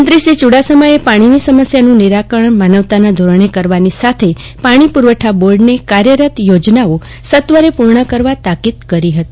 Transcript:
મંત્રીશ્રી યુડાસમાએ પાણીની સમસ્યાનું નિરાકરણ માનવતાના ધોરણે કરવાની સાથે પાણીપુરવઠા બોર્ડને કાર્યરત યોજના હવે સત્વરે પુર્ણ કરવા તાકીદ કરી હતી